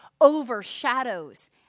overshadows